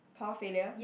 power failure